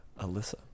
Alyssa